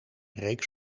reeks